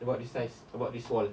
about this size about this wall